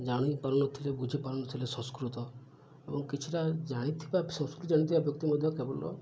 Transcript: ଜାଣି ପାରୁନଥିଲେ ବୁଝିପାରୁନଥିଲେ ସଂସ୍କୃତ ଏବଂ କିଛିଟା ଜାଣିଥିବା ସଂସ୍କୃତି ଜାଣିଥିବା ବ୍ୟକ୍ତି ମଧ୍ୟ କେବଳ